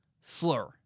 slur